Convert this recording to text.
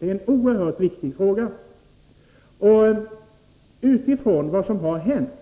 Mot bakgrund av vad som har hänt —